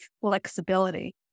flexibility